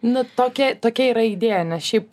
nu tokia tokia yra idėja ne šiaip